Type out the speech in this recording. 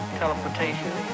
teleportation